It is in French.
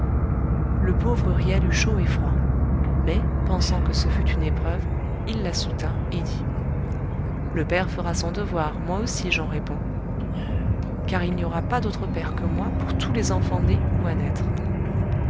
le pauvre huriel eut chaud et froid mais pensant que ce fût une épreuve il la soutint et dit le père fera son devoir moi aussi j'en réponds car il n'y aura pas d'autre père que moi pour tous les enfants nés ou à naître